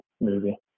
movie